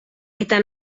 eta